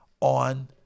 on